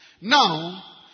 Now